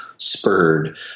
spurred